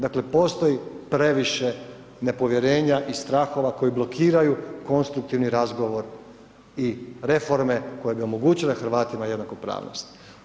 Dakle, postoji previše nepovjerenja i strahova koji blokiraju konstruktivni razgovor i reforme koje bi omogućile Hrvatima jednakopravnost.